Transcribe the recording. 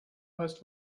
hast